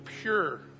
pure